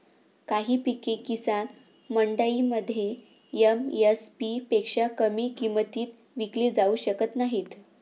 काही पिके किसान मंडईमध्ये एम.एस.पी पेक्षा कमी किमतीत विकली जाऊ शकत नाहीत